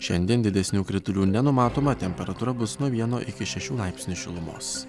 šiandien didesnių kritulių nenumatoma temperatūra bus nuo vieno iki šešių laipsnių šilumos